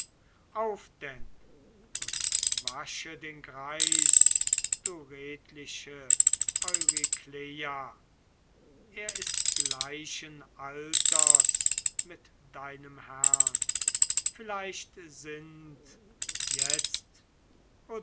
auf denn und wasche den greis du redliche eurykleia er ist gleichen alters mit deinem herrn vielleicht sind jetzt